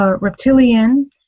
reptilian